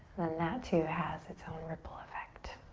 then that too has it's own ripple effect.